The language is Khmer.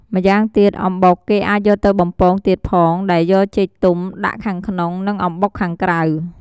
ម្យ៉ាងទៀតអំបុកគេអាចយកទៅបំពងទៀតផងដែលយកចេកទុំដាក់ខាងក្នុង និងអំបុកខាងក្រៅ។